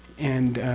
and.